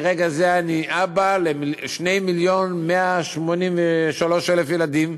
מרגע זה אני אבא ל-2 מיליון ו-183,000 ילדים.